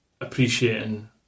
appreciating